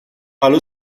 allo